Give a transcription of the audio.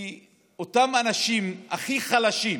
כי אותם אנשים הכי חלשים,